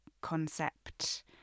concept